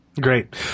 Great